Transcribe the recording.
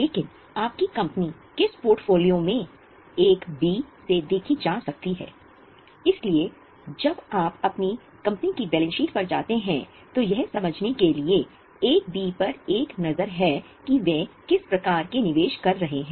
लेकिन आपकी कंपनी किस पोर्टफोलियो में 1 पर एक नज़र है कि वे किस प्रकार के निवेश कर रहे हैं